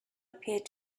appeared